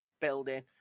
building